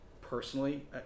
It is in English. personally